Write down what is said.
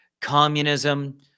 communism